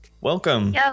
Welcome